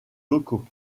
locaux